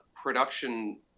production